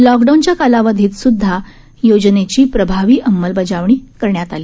लॉकडाऊनच्या कालावधीतस्द्धा योजनेची प्रभावी अंमलबजावणी करण्यात आली